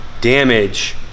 damage